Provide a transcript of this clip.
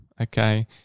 okay